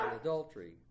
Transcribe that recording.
adultery